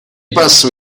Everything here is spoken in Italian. passo